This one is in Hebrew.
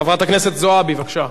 חברת הכנסת זועבי, בבקשה.